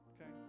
Okay